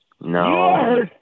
No